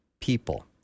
people